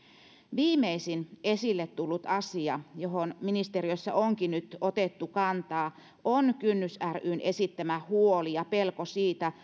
viimeisin esille tullut asia johon ministeriössä onkin nyt otettu kantaa on kynnys ryn esittämä huoli ja pelko siitä